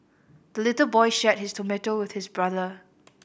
the little boy shared his tomato with his brother